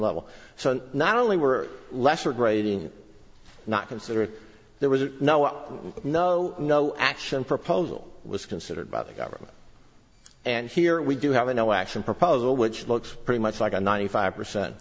level so not only were lesser grading not considered there was no well no no action proposal was considered by the government and here we do have a no action proposal which looks pretty much like a ninety five percent